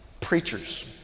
preachers